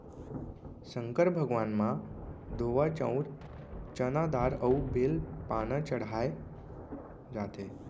संकर भगवान म धोवा चाउंर, चना दार अउ बेल पाना चड़हाए जाथे